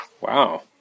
Wow